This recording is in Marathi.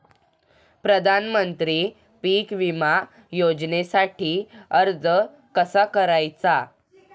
प्रधानमंत्री पीक विमा योजनेसाठी अर्ज कसा करायचा?